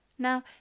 Now